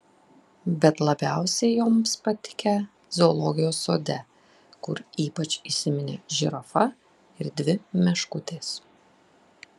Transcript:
bet labiausiai joms patikę zoologijos sode kur ypač įsiminė žirafa ir dvi meškutės